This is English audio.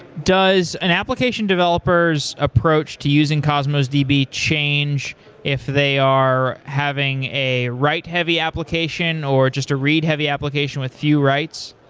does an application developer s approach to using cosmos db change if they are having a write heavy application or just a read heavy application with few writes?